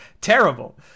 terrible